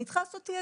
אני צריכה לתעדף.